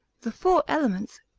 the four elements,